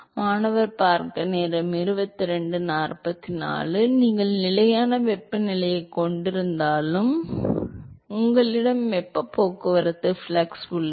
மாணவர் ஏனென்றால் நீங்கள் நிலையான வெப்பநிலையைக் கொண்டிருந்தாலும் உங்களிடம் வெப்பப் போக்குவரத்தின் ஃப்ளக்ஸ் உள்ளது